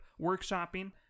workshopping